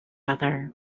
other